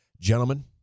Gentlemen